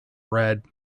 red